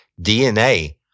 DNA